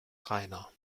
rainer